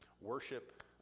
worship